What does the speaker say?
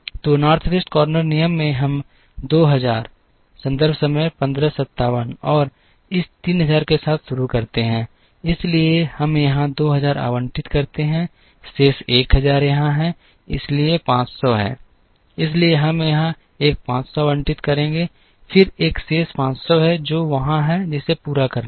तो north west corner नियम में हम इस 2000 और इस 3000 के साथ शुरू करते हैं इसलिए हम यहां 2000 आवंटित करते हैं शेष 1000 यहां है इसलिए 500 है इसलिए हम यहां एक 500 आवंटित करेंगे फिर एक शेष 500 है जो वहां है जिसे पूरा करना है